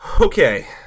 Okay